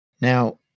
Now